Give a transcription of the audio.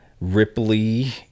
Ripley